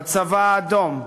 בצבא האדום,